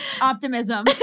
Optimism